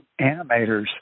animators